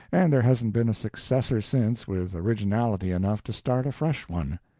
and there hasn't been a successor since with originality enough to start a fresh one.